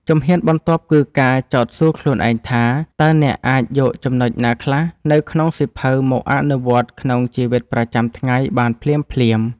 ជំហានបន្ទាប់គឺការចោទសួរខ្លួនឯងថា តើអ្នកអាចយកចំណុចណាខ្លះនៅក្នុងសៀវភៅមកអនុវត្តក្នុងជីវិតប្រចាំថ្ងៃបានភ្លាមៗ។